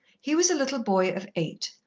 he was a little boy of eight,